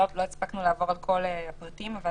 לסעיף 3. אני